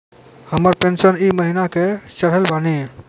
हमर पेंशन ई महीने के चढ़लऽ बानी?